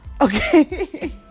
Okay